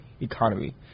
economy